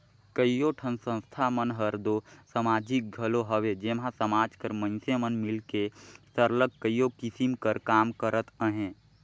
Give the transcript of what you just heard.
कइयो ठन संस्था मन हर दो समाजिक घलो हवे जेम्हां समाज कर मइनसे मन मिलके सरलग कइयो किसिम कर काम करत अहें